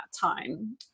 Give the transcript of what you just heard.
time